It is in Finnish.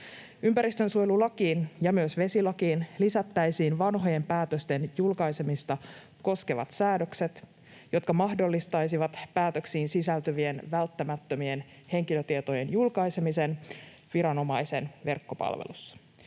Ympäristönsuojelulakiin ja myös vesilakiin lisättäisiin vanhojen päätösten julkaisemista koskevat säädökset, jotka mahdollistaisivat päätöksiin sisältyvien välttämättömien henkilötietojen julkaisemisen viranomaisen verkkopalvelussa.